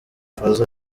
fazzo